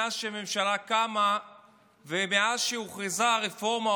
מאז שהממשלה קמה ומאז שהוכרזה הרפורמה,